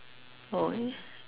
oh eh